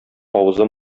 авызы